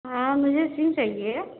ہاں مجھے سم چاہیے